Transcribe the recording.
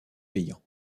payant